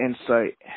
insight